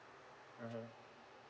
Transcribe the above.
mmhmm